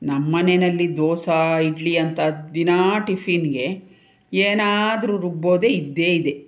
ನಮ್ಮನೆಯಲ್ಲಿ ದೋಸೆ ಇಡ್ಲಿ ಅಂತ ದಿನ ಟಿಫಿನ್ಗೆ ಏನಾದರೂ ರುಬ್ಬೋದೆ ಇದ್ದೇ ಇದೆ